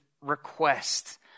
request